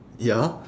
ya